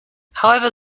however